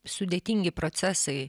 sudėtingi procesai